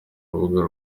rubuga